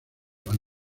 van